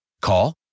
Call